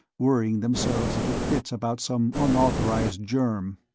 worrying themselves into fits about some unauthorized germ.